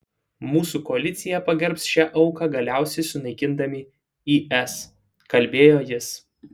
mūsų koalicija pagerbs šią auką galiausiai sunaikindama is kalbėjo jis